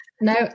No